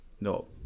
No